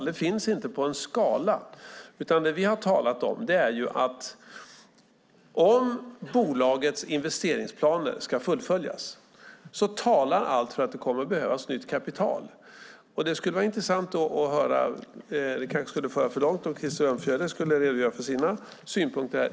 Det finns inte på en skala. Det vi har talat om är att om bolagets investeringsplaner ska fullföljas talar allt för att det kommer att behövas nytt kapital. Det skulle vara intressant att höra Krister Örnfjäder redogöra för sina synpunkter här.